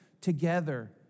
together